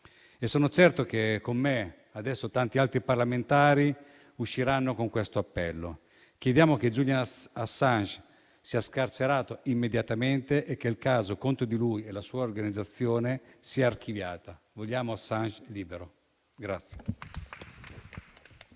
e sono certo che con me adesso tanti altri parlamentari usciranno con lo stesso appello: chiediamo che Julian Assange sia scarcerato immediatamente e che il caso contro di lui e la sua organizzazione sia archiviato. Vogliamo Assange libero.